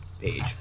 page